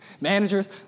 managers